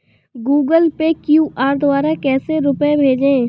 Google Pay QR द्वारा कैसे रूपए भेजें?